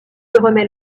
remet